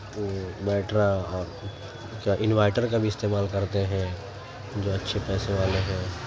بیٹرا اور کیا انورٹر کا بھی استعمال کرتے ہیں جو اچھے پیسے والے ہیں